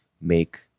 make